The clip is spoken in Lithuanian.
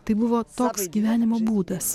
tai buvo toks gyvenimo būdas